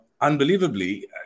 Unbelievably